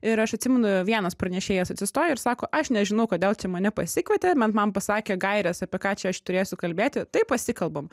ir aš atsimenu vienas pranešėjas atsistoja ir sako aš nežinau kodėl čia mane pasikvietė bet man pasakė gaires apie ką čia aš turėsiu kalbėti tai pasikalbam